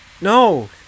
No